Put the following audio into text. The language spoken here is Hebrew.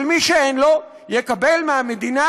אבל מי שאין לו יקבל מהמדינה,